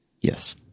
Yes